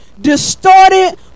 distorted